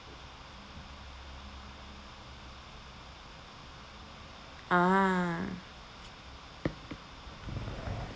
ah